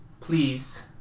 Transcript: please